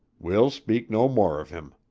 we'll speak no more of him.